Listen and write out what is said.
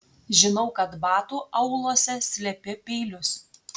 žinau kad batų auluose slepi peilius